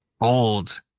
old